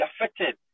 affected